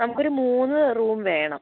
നമുക്കൊരു മൂന്ന് റൂം വേണം